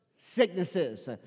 sicknesses